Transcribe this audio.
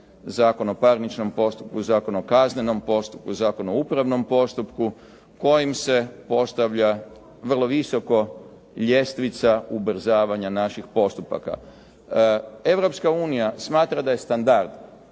Zakona o parničnom postupku, Zakona o kaznenom postupku, Zakon o upravnom postupku kojim se postavlja vrlo visoko ljestvica ubrzavanja naših postupaka. Europska unija smatra da je standard